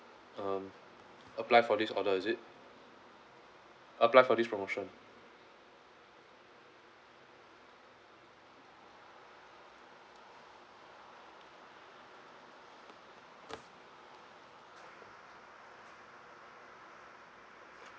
um apply for this order is it apply for this promotion